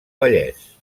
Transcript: vallès